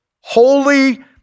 holy